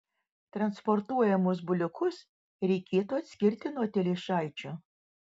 transportuojamus buliukus reikėtų atskirti nuo telyčaičių